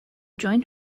join